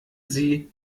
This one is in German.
sie